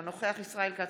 אינו נוכח ישראל כץ,